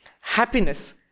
Happiness